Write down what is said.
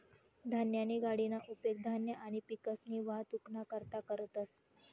धान्यनी गाडीना उपेग धान्य आणि पिकसनी वाहतुकना करता करतंस